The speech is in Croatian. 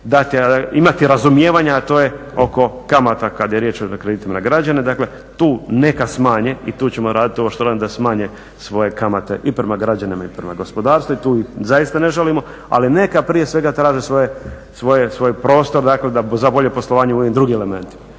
imati razumijevanja a to je oko kamata kada je riječ o kreditima za građane, dakle tu neka smanje i tu ćemo raditi ovo što rade da smanje svoje kamate i prema građanima i prema gospodarstvu i tu ih zaista ne želimo. Ali neka prije svega traže svoj prostor dakle za bolje poslovanje u ovim drugim elementima